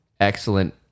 excellent